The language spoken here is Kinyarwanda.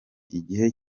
igihe